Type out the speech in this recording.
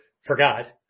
forgot